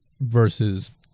versus